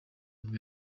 nibwo